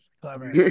Clever